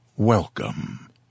Welcome